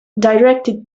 directed